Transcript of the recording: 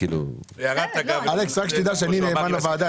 תדע שאני נאמן לוועדה.